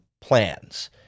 plans